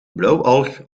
blauwalg